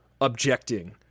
objecting